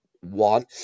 one